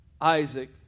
Isaac